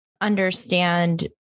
understand